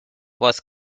was